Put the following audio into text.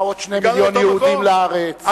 באו עוד 2 מיליוני יהודים לארץ,